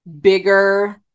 bigger